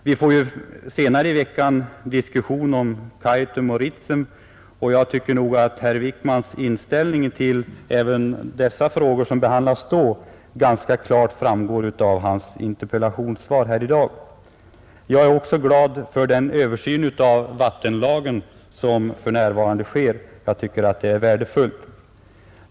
Vi får ju senare i veckan en diskussion om Kaitum och Ritsem, men jag tycker nog att herr Wickmans inställning även till dessa frågor ganska klart framgår av hans interpellationssvar här i dag. Jag är också glad för den översyn av vattenlagen som för närvarande sker. Jag tycker att den är värdefull.